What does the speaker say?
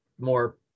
more